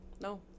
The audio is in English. No